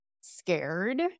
scared